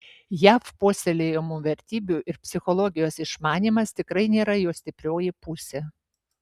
jav puoselėjamų vertybių ir psichologijos išmanymas tikrai nėra jo stiprioji pusė